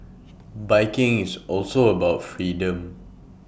biking is also about freedom